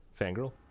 fangirl